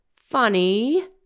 funny